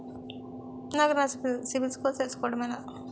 నాకు నా సిబిల్ స్కోర్ తెలుసుకోవడం ఎలా?